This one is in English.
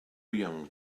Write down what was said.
young